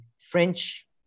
french